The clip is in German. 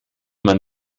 man